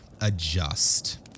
adjust